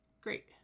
great